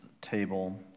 table